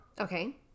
Okay